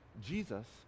Jesus